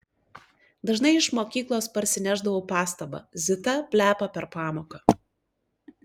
dažnai iš mokyklos parsinešdavau pastabą zita plepa per pamoką